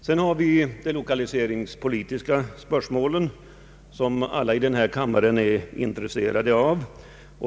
Vidare har vi de lokaliseringpolitiska spörsmålen, som alla i denna kammare är intresserade av.